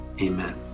Amen